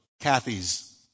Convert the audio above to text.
Kathy's